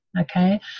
Okay